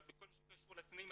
בכל מה שקשור לתנאים סוציאליים,